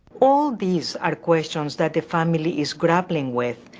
all these are questions that the family is grappling with.